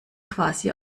quasi